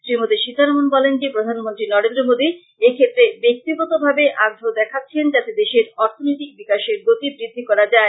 শ্রী মতী সীতারমন বলেন যে প্রধানমন্ত্রী নরেন্দ্র মোদী এক্ষেত্রে ব্যাক্তিগত ভাবে আগ্রহ দেখাচ্ছেন যাতে দেশের অর্থনৈতিক বিকাশের গতি বৃদ্ধি করা যায়